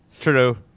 True